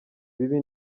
bibi